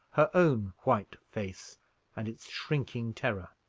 her own white face and its shrinking terror.